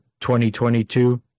2022